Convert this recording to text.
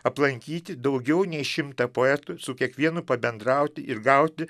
aplankyti daugiau nei šimtą poetų su kiekvienu pabendrauti ir gauti